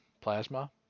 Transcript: plasma